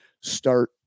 start